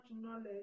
knowledge